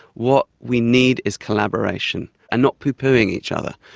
what we need is collaboration and not pooh-poohing each other.